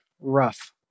rough